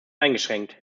eingeschränkt